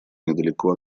недалеко